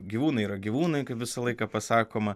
gyvūnai yra gyvūnai kaip visą laiką pasakoma